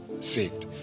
saved